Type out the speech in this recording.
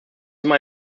immer